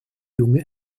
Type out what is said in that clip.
junge